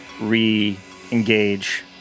re-engage